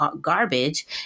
garbage